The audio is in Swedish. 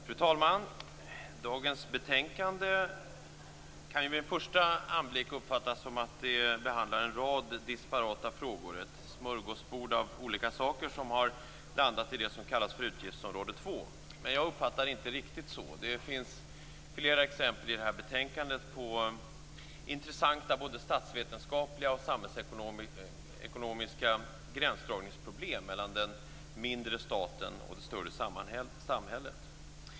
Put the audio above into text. Fru talman! Dagens betänkande kan vid en första anblick uppfattas som att där behandlas en rad disparata frågor, ett smörgåsbord av olika saker som har blandats till det som kallas utgiftsområde 2. Men jag uppfattar det inte riktigt så. Det finns flera exempel i betänkandet på intressanta både statsvetenskapliga och samhällsekonomiska gränsdragningsproblem mellan den mindre staten och det större samhället.